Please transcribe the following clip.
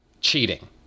cheating